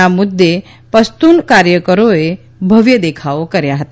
ના મુદ્દે પશ્તૂન કાર્યકરોએ ભવ્ય દેખાવો કર્યા હતા